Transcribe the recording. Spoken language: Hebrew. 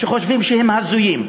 שחושבים שהם שם הזויים,